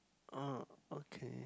orh okay